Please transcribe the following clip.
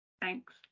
Thanks